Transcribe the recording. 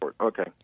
Okay